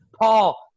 paul